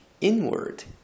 inward